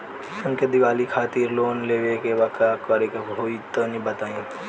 हमके दीवाली खातिर लोन लेवे के बा का करे के होई तनि बताई?